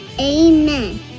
Amen